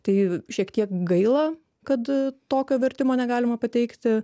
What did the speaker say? tai šiek tiek gaila kad tokio vertimo negalima pateikti